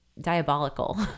diabolical